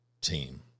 team